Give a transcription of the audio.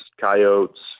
coyotes